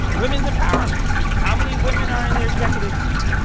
women's empowerment how many women are in their executive suite?